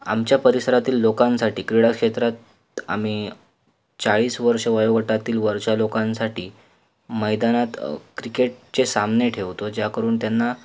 आमच्या परिसरातील लोकांसाठी क्रीडाक्षेत्रात आम्ही चाळीस वर्ष वयोगटातील वरच्या लोकांसाठी मैदानात क्रिकेटचे सामने ठेवतो जेणेकरून त्यांना